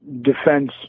defense